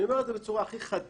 אני אומר את זה בצורה הכי חדה.